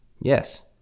Yes